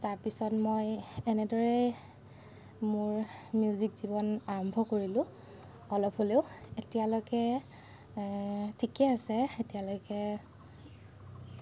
তাৰপিছত মই এনেদৰেই মোৰ মিউজিক জীৱন আৰম্ভ কৰিলোঁ অলপ হ'লেও এতিয়ালৈকে ঠিকে আছে এতিয়ালৈকে